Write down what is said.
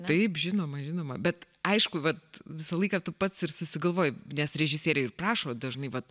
taip žinoma žinoma bet aišku vat visą laiką tu pats ir susigalvoji nes režisieriai ir prašo dažnai vat